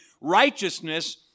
Righteousness